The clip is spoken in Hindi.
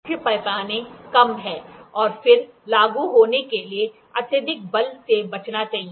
मुख्य पैमाना कम है और फिर लागू होने के लिए अत्यधिक बल से बचना चाहिए